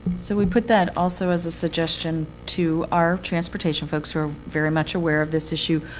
so we put that also as a suggestion to our transportation folks, who are very much aware of this issue.